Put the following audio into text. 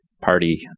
Party